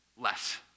less